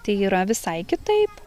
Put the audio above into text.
tai yra visai kitaip